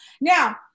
Now